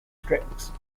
strips